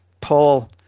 Paul